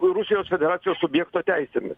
rusijos federacijos subjekto teisėmis